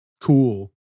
cool